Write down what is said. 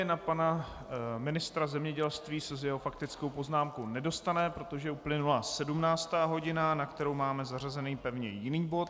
Na pana ministra zemědělství se s jeho faktickou poznámkou nedostane, protože uplynula 17. hodina, na kterou máme zařazený pevně jiný bod.